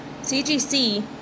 CGC